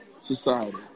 society